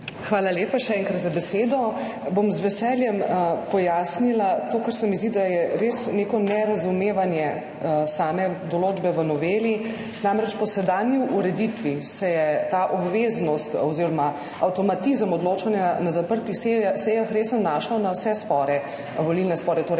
Hvala lepa, še enkrat, za besedo. Bom z veseljem pojasnila to, kar se mi zdi, da je res neko nerazumevanje same določbe v noveli. Namreč, po sedanji ureditvi se je ta obveznost oziroma avtomatizem odločanja na zaprtih sejah res nanašal na vse volilne spore,